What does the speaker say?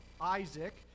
Isaac